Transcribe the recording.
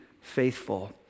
faithful